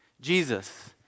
Jesus